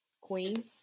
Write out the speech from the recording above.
queen